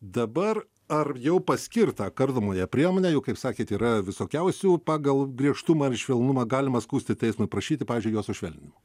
dabar ar jau paskirtą kardomąją priemonę jau kaip sakėt yra visokiausių pagal griežtumą ir švelnumą galima skųsti teismui prašyti pavyzdžiui jo sušvelninimo